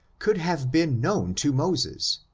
could have been known to moses,